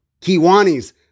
Kiwani's